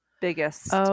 biggest